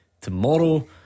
tomorrow